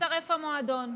שיישרף המועדון.